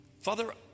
Father